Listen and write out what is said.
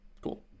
cool